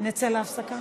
אז תעלו את החיסונים,